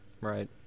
right